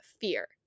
fear